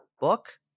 book